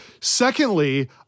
Secondly